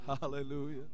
Hallelujah